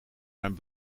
mijn